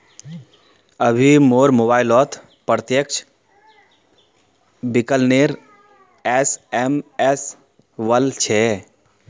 अभी मोर मोबाइलत प्रत्यक्ष विकलनेर एस.एम.एस वल छ